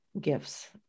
gifts